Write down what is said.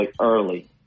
early